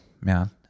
man